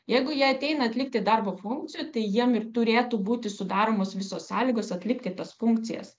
jeigu jie ateina atlikti darbo funkcijų tai jiem ir turėtų būti sudaromos visos sąlygos atlikti tas funkcijas